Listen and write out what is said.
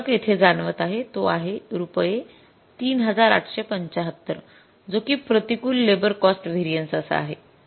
जो फरक येथे जाणवत आहे तो आहे रुपये ३८७५ जो कि प्रतिकूल लेबर कॉस्ट व्हेरिएन्स असा आहे